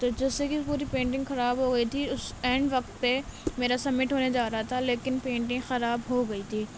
تو جس سے کہ پوری پینٹنگ خراب ہو گئی تھی اس اینڈ وقت پہ میرا سبمٹ ہونے جا رہا تھا لیکن پینٹنگ خراب ہو گئی تھی